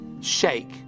shake